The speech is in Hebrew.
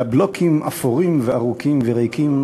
אלא בלוקים אפורים וארוכים וריקים,